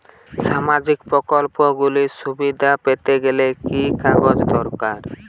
সামাজীক প্রকল্পগুলি সুবিধা পেতে গেলে কি কি কাগজ দরকার?